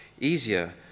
easier